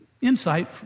insight